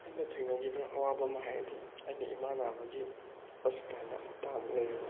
ꯑꯩꯅ ꯊꯦꯡꯅꯒꯤꯕ ꯑꯋꯥꯕ ꯑꯃꯥ ꯍꯥꯏꯔꯗꯤ ꯑꯩꯅ ꯏꯃꯥ ꯅꯥꯕꯒꯤ ꯍꯣꯁꯄꯤꯇꯥꯜꯗ ꯍꯥꯞꯇꯥꯃꯨꯛ ꯂꯩꯔꯨꯕ